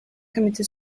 committed